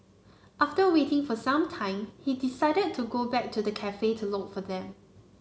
after waiting for some time he decided to go back to the cafe to look for them